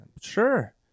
Sure